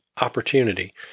opportunity